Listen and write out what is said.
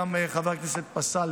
חבר כנסת פסל,